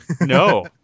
No